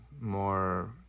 more